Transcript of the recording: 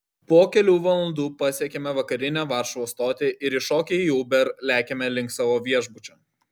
po kelių valandų pasiekiame vakarinę varšuvos stotį ir įšokę į uber lekiame link savo viešbučio